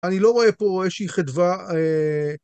אני לא רואה פה איזושהי חדווה.